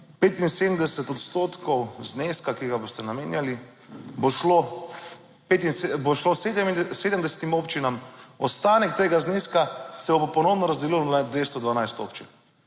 75 odstotkov zneska, ki ga boste namenjali, bo šlo 70 občinam, ostanek tega zneska se bo ponovno razdelilo na 212 občin.